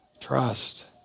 Trust